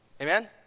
Amen